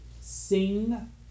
Sing